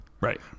Right